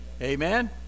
Amen